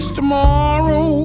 tomorrow